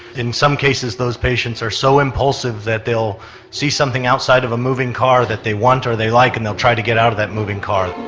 in some cases those patients are so impulsive that they'll see something outside of a moving car that they want or they like, and they'll try to get out of that moving car.